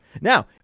Now